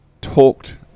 talked